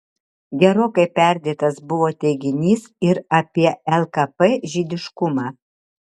gerokai perdėtas buvo teiginys ir apie lkp žydiškumą